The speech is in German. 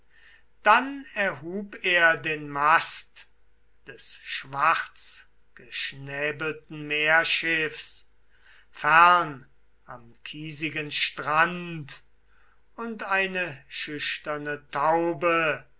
dann erhub er den mast des schwarzgeschnäbelten meerschiffs fern am kiesigen strand und eine schüchterne taube